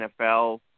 NFL